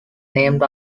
named